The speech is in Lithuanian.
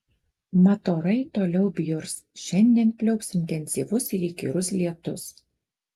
mat orai toliau bjurs šiandien pliaups intensyvus ir įkyrus lietus